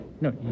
No